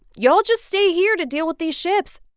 y'all just stay here to deal with these ships.